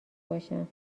باشم